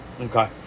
Okay